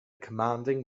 commanding